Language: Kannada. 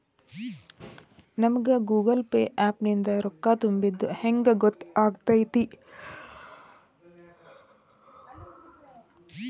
ನಮಗ ಗೂಗಲ್ ಪೇ ಆ್ಯಪ್ ನಿಂದ ರೊಕ್ಕಾ ತುಂಬಿದ್ದ ಹೆಂಗ್ ಗೊತ್ತ್ ಆಗತೈತಿ?